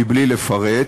מבלי לפרט,